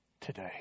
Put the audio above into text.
today